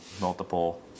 multiple